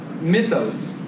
mythos